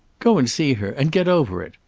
go and see her, and get over it.